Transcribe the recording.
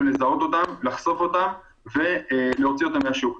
לזהות אותם, לחשוף אותם, ולהוציא אותם מהשוק.